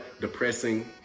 depressing